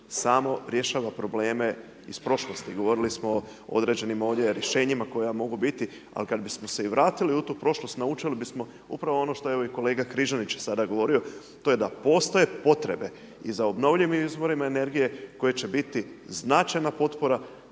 samo rješava probleme iz prošlosti, govorili smo o određenim ovdje rješenjima koja mogu biti, ali kada bismo se vratili u tu prošlost, naučili bismo se upravo ono što i evo kolega Križanić je sada govorio, to je da postoje potrebe i za obnovljivim izvorima energije, koje će biti značajna potpora